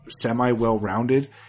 semi-well-rounded